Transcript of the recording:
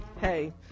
hey